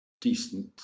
decent